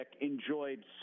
enjoyed